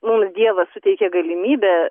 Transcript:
mums dievas suteikė galimybę